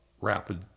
rapid